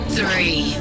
Three